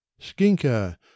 Skinker